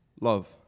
love